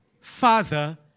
Father